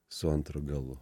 su antru galu